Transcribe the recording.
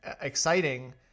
exciting